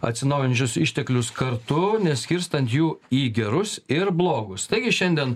atsinaujinančius išteklius kartu neskirstant jų į gerus ir blogus taigi šiandien